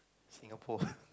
Singapore